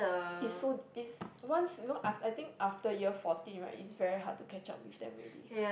it's so it's once you know aft~ I think after year forty right it's very hard to catch up with them already